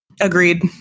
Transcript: Agreed